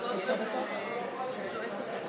עושה פיליבסטר.